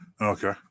Okay